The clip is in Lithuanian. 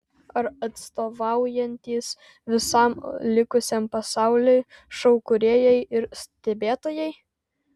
ar atstovaujantys visam likusiam pasauliui šou kūrėjai ir stebėtojai